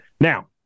Now